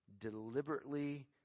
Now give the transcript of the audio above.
Deliberately